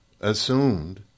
assumed